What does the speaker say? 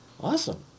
Awesome